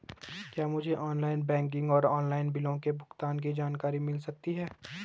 क्या मुझे online banking और ऑनलाइन बिलों के भुगतान की जानकारी मिल सकता है?